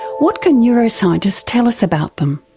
what can neuroscientists tell us about them?